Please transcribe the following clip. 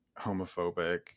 homophobic